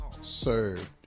served